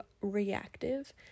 reactive